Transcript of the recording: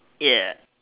ya